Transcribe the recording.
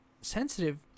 sensitive